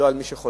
לא על מי שחולה,